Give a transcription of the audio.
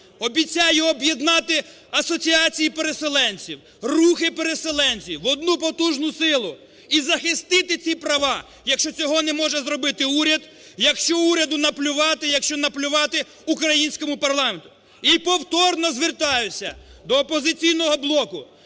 Обіцяю об'єднати асоціації переселенців, рухи переселенців в одну потужну силу і захистити ці права. якщо цього не може зробити уряд, якщо уряду наплювати, якщо наполювати українському парламенту. І повторно звертаюся до "Опозиційного блоку".